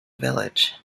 village